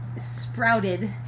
sprouted